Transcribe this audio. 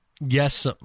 yes